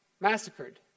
massacred